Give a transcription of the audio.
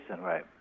right